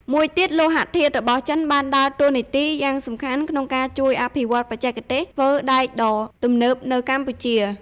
មួយទៀតលោហៈធាតុរបស់ចិនបានដើរតួនាទីយ៉ាងសំខាន់ក្នុងការជួយអភិវឌ្ឍបច្ចេកទេសធ្វើដែកដ៏ទំនើបនៅកម្ពុជា។